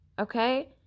Okay